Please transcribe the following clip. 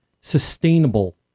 sustainable